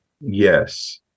Yes